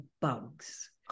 bugs